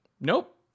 Nope